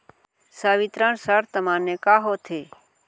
संवितरण शर्त माने का होथे?